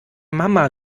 mama